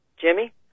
Jimmy